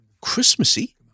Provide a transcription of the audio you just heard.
Christmassy